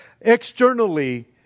Externally